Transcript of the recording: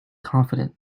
confident